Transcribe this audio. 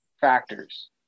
factors